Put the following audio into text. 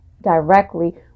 directly